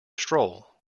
stroll